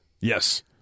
Yes